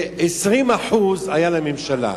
ו-20% היו לממשלה.